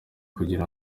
kugira